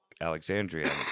Alexandria